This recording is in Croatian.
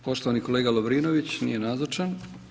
Poštovani kolega Lovrinović nije nazočan.